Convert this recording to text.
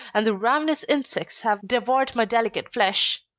and the ravenous insects have devoured my delicate flesh.